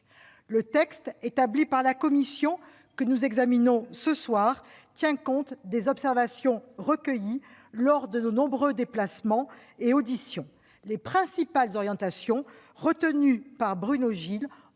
Le texte établi par la commission, que nous examinons ce soir, tient compte des observations recueillies lors de nos nombreux déplacements et auditions. Les principales orientations retenues par Bruno Gilles